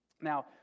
Now